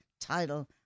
title